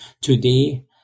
Today